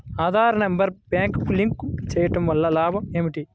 Aadhaar number బ్యాంక్నకు link చేయుటవల్ల లాభం ఏమిటి?